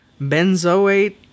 Benzoate